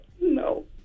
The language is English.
No